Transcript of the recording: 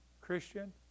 Christian